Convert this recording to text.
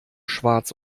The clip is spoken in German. schwarz